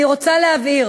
אני רוצה להבהיר